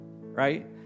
right